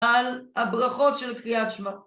על הברכות של קריאת שמע